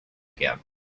again